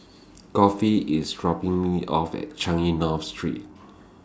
Godfrey IS dropping Me off At Changi North Street